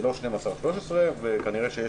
זה לא 12 או 13, וכנראה יש